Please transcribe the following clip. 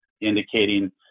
indicating